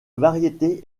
variété